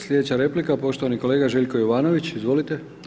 Slijedeća replika poštovani kolega Željko Jovanović, izvolite.